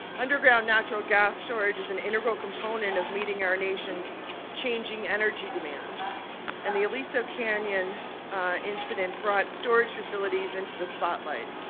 underground natural gas storage is and integral component of meeting our nation's changing energy demands and the aliso canyon incident brought storage facilities into the spotlight.